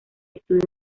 estudio